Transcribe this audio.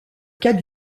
cas